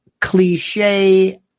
cliche